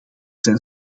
zijn